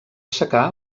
secà